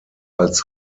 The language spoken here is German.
als